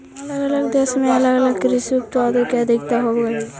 अलग अलग देश में अलग अलग कृषि उत्पाद के अधिकता होवऽ हई